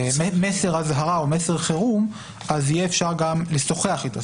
מסר אזהרה או מסר חירום אז יהיה אפשר גם לשוחח איתו,